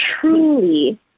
truly